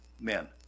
men